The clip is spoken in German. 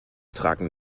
tragen